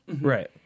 right